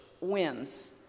wins